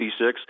V6